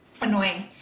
annoying